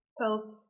felt